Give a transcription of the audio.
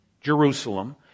Jerusalem